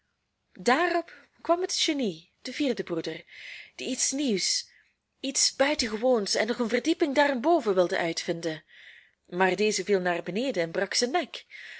daarop kwam het genie de vierde broeder die iets nieuws iets buitengewoons en nog een verdieping daarenboven wilde uitvinden maar deze viel naar beneden en brak zijn